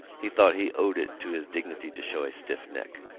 he thought he owed it to his dignity to show a stiff neck.